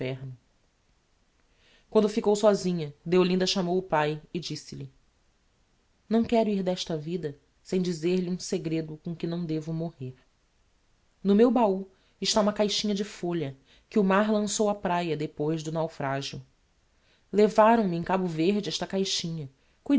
inferno quando ficou sósinha deolinda chamou o pai e disse-lhe não quero ir d'esta vida sem dizer-lhe um segredo com que não devo morrer no meu bahú está uma caixinha de folha que o mar lançou á praia depois do naufragio levaram-me em cabo verde esta caixinha